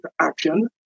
action